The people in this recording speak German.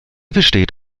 besteht